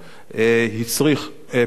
זה הצריך פעולה.